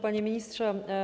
Panie Ministrze!